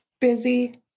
Busy